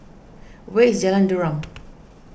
where is Jalan Derum